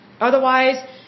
Otherwise